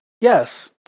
Yes